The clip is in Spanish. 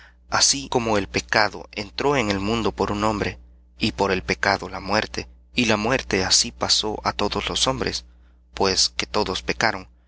así como el pecado entró en el mundo por un hombre y por el pecado la muerte y la muerte así pasó á todos los hombres pues que todos pecaron